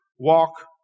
Walk